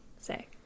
say